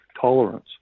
tolerance